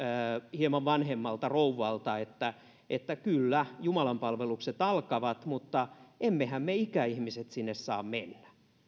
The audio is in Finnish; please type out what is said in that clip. hieman vanhemmalta rouvalta että että kyllä jumalanpalvelukset alkavat mutta emmehän me ikäihmiset sinne saa mennä